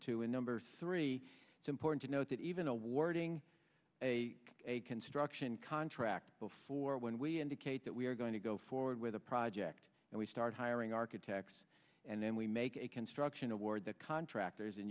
two and number three simple you know that even awarding a a construction contract before when we indicate that we are going to go forward with a project and we start hiring architects and then we make it a construction award the contractors and